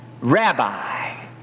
rabbi